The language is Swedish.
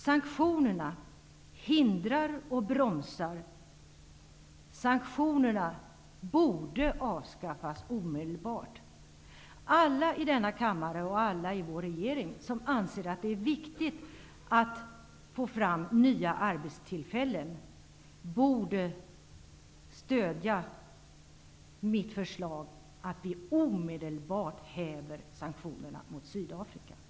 Sanktionerna hindrar och bromsar och borde avskaffas omedelbart. Alla ledamöter i denna kammare och alla i vår regering som anser att det är viktigt att få fram nya arbetstillfällen borde stödja mitt förslag att sanktionerna mot Sydafrika omedelbart skall hävas.